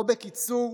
או בקיצור,